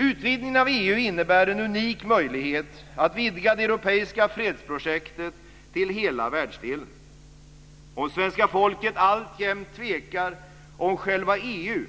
Utvidgningen av EU innebär en unik möjlighet att vidga det europeiska fredsprojektet till hela världsdelen. Om svenska folket alltjämt tvekar om själva EU